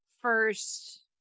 first